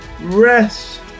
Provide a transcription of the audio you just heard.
Rest